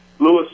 Lewis